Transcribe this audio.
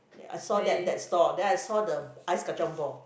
where I saw that that store then I saw the ice-kacang ball